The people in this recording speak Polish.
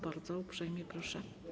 Bardzo uprzejmie proszę.